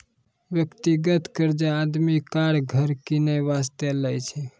व्यक्तिगत कर्जा आदमी कार, घर किनै बासतें लै छै